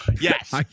Yes